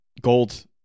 gold